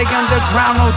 underground